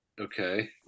Okay